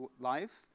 life